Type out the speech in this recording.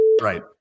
Right